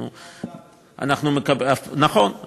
נכון,